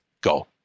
go